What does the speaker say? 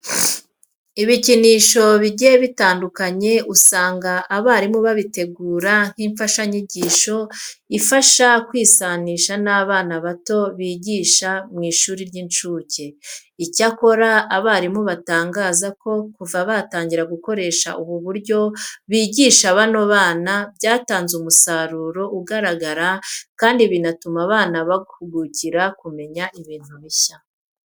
Ibikinisho bigiye bitandukanye usanga abarimu babitegura nk'imfashanyigisho ibafasha kwisanisha n'abana bato bigisha mu ishuri ry'incuke. Icyakora abarimu batangaza ko kuva batangira gukoresha ubu buryo bigisha bano bana, byatanze umusaruro ugaragara kandi binatuma abana bahugukira kumenya ibintu bishya.